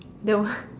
the what